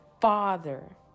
father